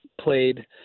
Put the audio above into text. played